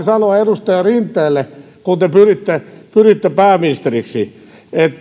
sanoa edustaja rinteelle kun te pyritte pyritte pääministeriksi